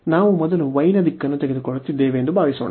ನಾವು ಮೊದಲು y ನ ದಿಕ್ಕನ್ನು ತೆಗೆದುಕೊಳ್ಳುತ್ತಿದ್ದೇವೆ ಎಂದು ಭಾವಿಸೋಣ